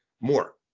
more